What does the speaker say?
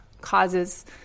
causes